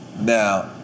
Now